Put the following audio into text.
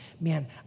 man